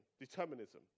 determinism